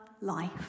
life